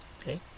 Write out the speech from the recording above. okay